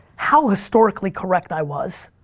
how historically correct i was.